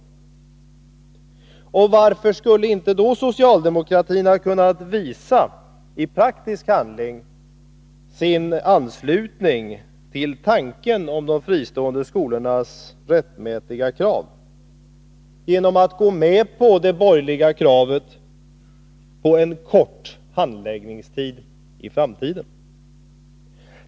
Och varför skulle inte då socialdemokratin i praktisk handling ha kunnat visa sin anslutning till tanken om de fristående skolornas rättmätiga krav genom att gå med på det borgerliga kravet på en kort handläggningstid i framtiden?